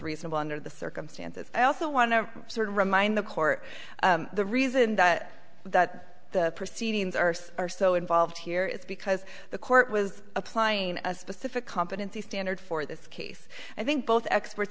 reasonable under the circumstances i also want to sort of remind the court the reason that that the proceedings are are so involved here it's because the court was applying a specific competency standard for this case i think both experts